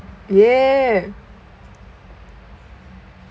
yeah